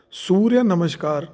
Surya Namaskar